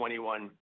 21